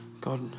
God